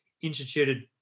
instituted